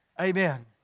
Amen